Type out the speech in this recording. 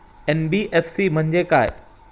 NBFC म्हणजे काय?